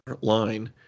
line